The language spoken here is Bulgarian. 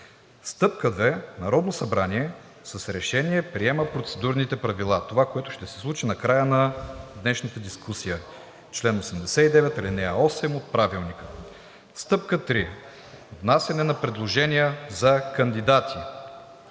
Стъпка 2. Народното събрание с Решение приема Процедурните правила – това, което ще се случи накрая на днешната дискусия – чл. 89, ал. 8 от Правилника. Стъпка 3. Внасяне на предложения за кандидати